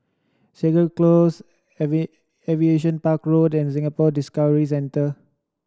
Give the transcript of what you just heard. Segar Close Aviation Park Road and Singapore Discovery Centre